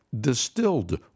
Distilled